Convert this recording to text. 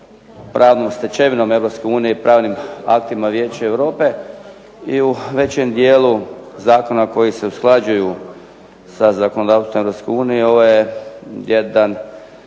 pravnom stečevinom Europske unije i pravnim aktima Vijeća Europe i u većem dijelu zakona koji se usklađuju sa zakonodavstvom